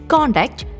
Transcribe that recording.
Contact